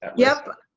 and yep.